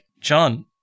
John